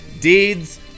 deeds